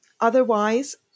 otherwise